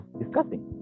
discussing